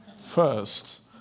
first